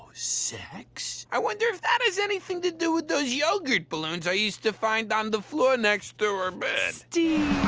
sex? i wonder if that has anything to do with those yogurt balloons i used to find on the floor next to our bed? steve!